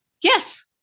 Yes